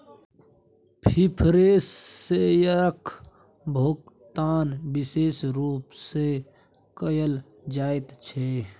preference शेयरक भोकतान बिशेष रुप सँ कयल जाइत छै